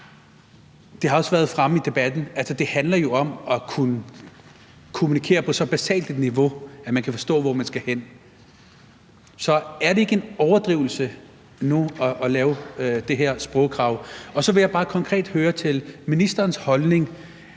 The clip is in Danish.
det har også været fremme i debatten, at det handler om at kunne kommunikere på så basalt et niveau, at man kan forstå, hvor man skal hen. Så er det ikke en overdrivelse nu at lave det her sprogkrav? Så vil jeg bare konkret høre ministerens personlige